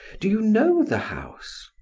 do you know the house?